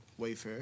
Wayfair